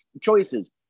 choices